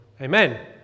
Amen